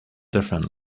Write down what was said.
different